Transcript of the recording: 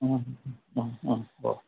অঁ হ'ব